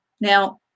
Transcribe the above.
Now